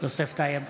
יוסף טייב,